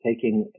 Taking